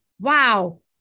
wow